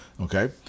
Okay